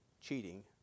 cheating